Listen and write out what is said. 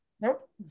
Nope